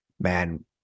Man